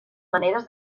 maneres